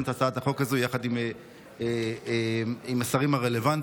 את הצעת החוק הזו יחד עם השרים הרלוונטיים.